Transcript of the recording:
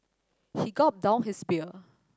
he gulped down his beer